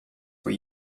were